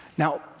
Now